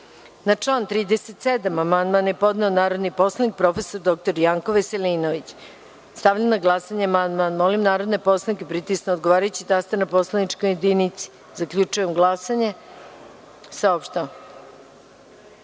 član 38. amandman je podneo narodni poslanik prof. dr Janko Veselinović. Stavljam na glasanje amandman. Molim narodne poslanike da pritisnu odgovarajući taster na poslaničkoj jedinici. Zaključujem glasanje i saopštavam: